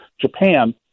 Japan